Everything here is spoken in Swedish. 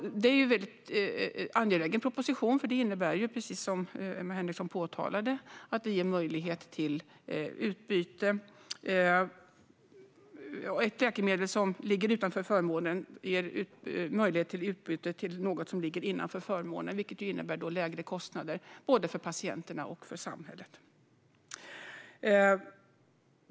Det är en angelägen proposition - precis som Emma Henriksson påpekar ger den möjlighet till utbyte av ett läkemedel som ligger utanför förmånen till ett som ligger innanför, vilket innebär lägre kostnader för både patienten och samhället.